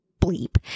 bleep